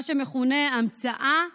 מה שמכונה "המצאה מלאה".